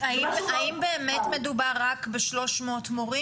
תודה רבה לך סוניה.